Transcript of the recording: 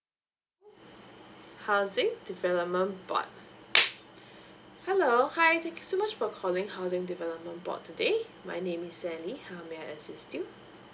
housing development board hello hi thank you so much for calling housing development board today my name is sally how may I assist you